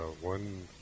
one